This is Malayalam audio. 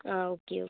ആ ഓക്കെ ഓക്കെ